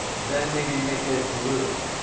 then maybe make it blue.